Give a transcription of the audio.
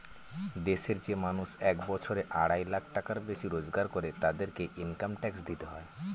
দেশের যে মানুষ এক বছরে আড়াই লাখ টাকার বেশি রোজগার করে, তাদেরকে ইনকাম ট্যাক্স দিতে হয়